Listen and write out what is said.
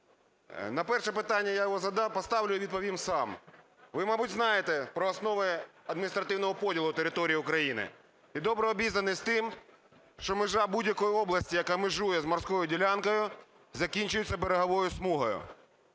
На перше питання, я його поставлю і відповім сам. Ви, мабуть, знаєте про основи адміністративного поділу території України і добре обізнані з тим, що межа будь-якої області, яка межує з морською ділянкою, закінчується береговою смугою.